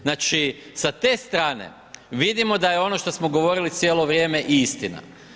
Znači sa te strane vidimo da je ono što smo govorili cijelo vrijeme i istina.